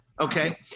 Okay